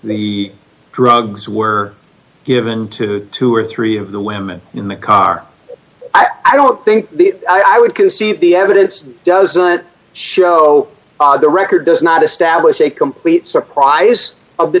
the drugs were given to two or three of the women in the car i don't think i would concede the evidence doesn't show the record does not establish a complete surprise of the